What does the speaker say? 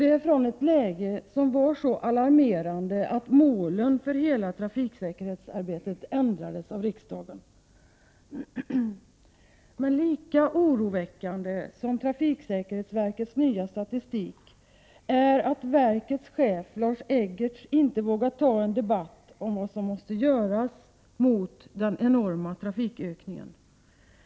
Detta från ett läge som var så alarmerande att målen för hela trafiksäkerhetsarbetet ändrades av riksdagen. Lika oroväckande som trafiksäkerhetsverkets senaste statistik är att verkets chef, Lars Eggertz, inte vågar ta en debatt om vad som måste göras för att vi skall komma till rätta med den enorma trafikökningen. I stället 151 Prot.